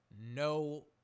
no